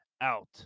out